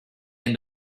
and